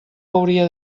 hauria